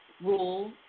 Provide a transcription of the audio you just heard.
Rule